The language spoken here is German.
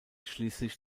schließlich